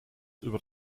über